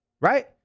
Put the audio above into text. Right